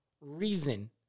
reason